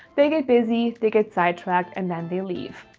they get busy, they get sidetracked and then they leave.